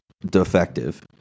defective